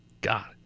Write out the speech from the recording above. God